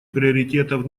приоритетов